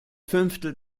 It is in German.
fünftel